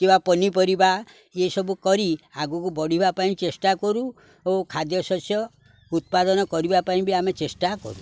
କିମ୍ବା ପନିପରିବା ଇଏ ସବୁ କରି ଆଗକୁ ବଢ଼ିବା ପାଇଁ ଚେଷ୍ଟା କରୁ ଓ ଖାଦ୍ୟ ଶସ୍ୟ ଉତ୍ପାଦନ କରିବା ପାଇଁ ବି ଆମେ ଚେଷ୍ଟା କରୁ